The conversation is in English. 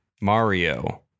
Mario